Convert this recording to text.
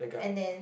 and then